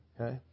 Okay